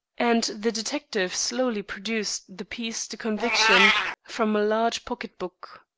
and the detective slowly produced the piece de conviction from a large pocket-book.